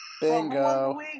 Bingo